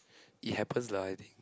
it happens lah I think